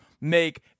make